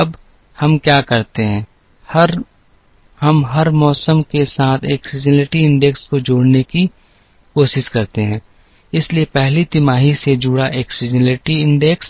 अब हम क्या करते हैं हम हर मौसम के साथ एक सीज़नसिटी इंडेक्स को जोड़ने की कोशिश करते हैं इसलिए पहली तिमाही से जुड़ा एक सीज़नलिटी इंडेक्स